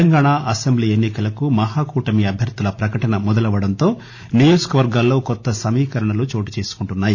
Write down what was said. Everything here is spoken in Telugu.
తెలంగాణ అసెంబ్లీ ఎన్ని కలు మహాకూటమి అభ్యర్గుల ప్రకటన మొదలవడంతో నియోజకవర్గాల్లో కొత్త సమీకరణలు చోటుచేసుకుంటున్నాయి